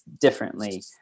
differently